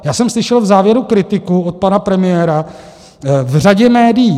Já jsem slyšel v závěru kritiku od pana premiéra v řadě médií.